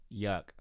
Yuck